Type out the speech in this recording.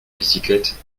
bicyclette